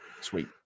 sweet